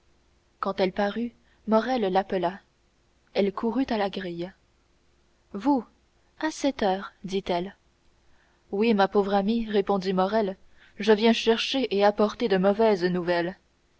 quand elle parut morrel l'appela elle courut à la grille vous à cette heure dit-elle oui pauvre amie répondit morrel je viens chercher et apporter de mauvaises nouvelles